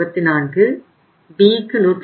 Bக்கு 150